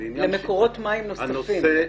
למקורות מים נוספים.